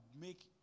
make